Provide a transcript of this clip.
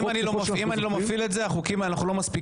אם אני לא מפעיל את זה ואנחנו לא מספיקים,